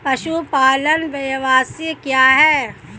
पशुपालन व्यवसाय क्या है?